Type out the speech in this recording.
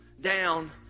down